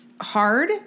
Hard